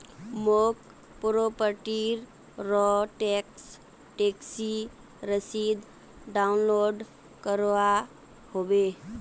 मौक प्रॉपर्टी र tax taxi रसीद डाउनलोड करवा होवे